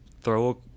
throw